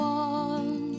one